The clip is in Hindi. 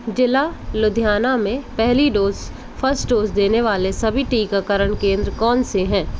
जिला लुधियाना में पहली डोज़ फर्स्ट डोज़ देने वाले सभी टीकाकरण केंद्र कौन से हैं